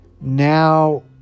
now